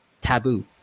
taboo